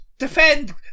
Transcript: Defend